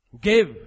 Give